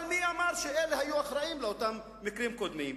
אבל מי אמר שאלה היו אחראים לאותם מקרים קודמים?